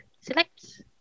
Select